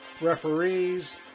referees